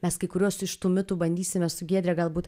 mes kai kuriuos iš tų mitų bandysime su giedre galbūt